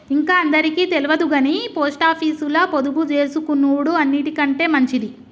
ఇంక అందరికి తెల్వదుగని పోస్టాపీసుల పొదుపుజేసుకునుడు అన్నిటికంటె మంచిది